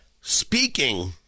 speaking